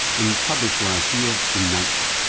and published last year in nature.